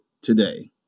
today